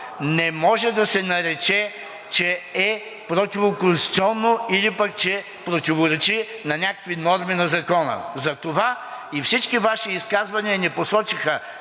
не може да се нарече, че е противоконституционно или противоречи на някакви норми на Закона. Затова и всички Ваши изказвания не посочиха